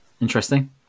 Interesting